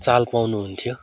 चाल पाउनुहुन्थ्यो